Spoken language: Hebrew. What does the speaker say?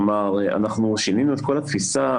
כלומר, אנחנו שינינו את כל התפיסה.